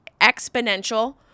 exponential